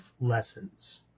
lessons